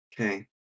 Okay